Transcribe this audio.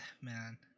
man